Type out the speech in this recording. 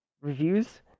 reviews